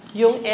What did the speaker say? yung